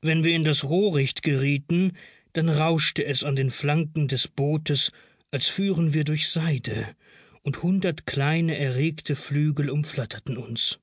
wenn wir in das rohricht gerieten dann rauschte es an den flanken des bootes als führen wir durch seide und hundert kleine erregte flügel umflatterten uns